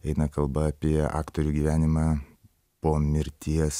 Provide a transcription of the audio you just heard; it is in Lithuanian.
eina kalba apie aktorių gyvenimą po mirties